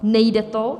Nejde to.